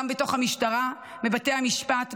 גם בתוך המשטרה ובתי המשפט,